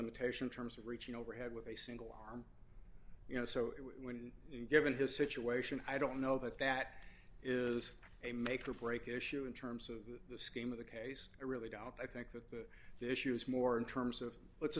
limitation terms of reaching over head with a single arm you know so it would given his situation i don't know that that is a make or break issue in terms of the scheme of the case i really doubt i think that the issue is more in terms of let's